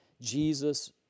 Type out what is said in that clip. Jesus